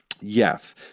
yes